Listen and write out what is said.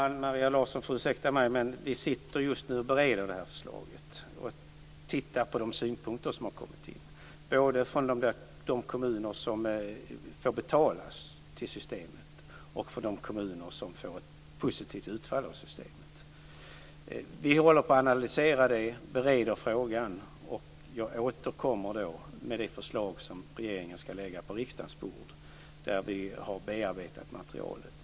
Fru talman! Maria Larsson får ursäkta mig, men vi sitter just nu och bereder det här förslaget och tittar på de synpunkter som har kommit in både från de kommuner som får betala till systemet och från de kommuner som får ett positivt utfall av systemet. Vi håller på att analysera synpunkterna och bereder frågan. Jag återkommer med det förslag som regeringen ska lägga på riksdagens bord när vi har bearbetat materialet.